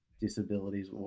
disabilities